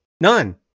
none